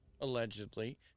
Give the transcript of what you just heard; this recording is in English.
allegedly